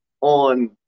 on